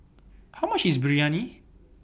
How much IS Biryani